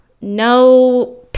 no